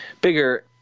bigger